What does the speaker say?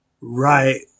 right